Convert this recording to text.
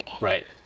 Right